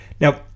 Now